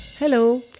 Hello